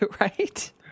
Right